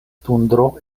tundro